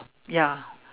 ya